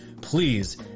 please